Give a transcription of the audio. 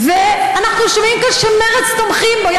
ואנחנו שומעים כאן שמרצ תומכים בו,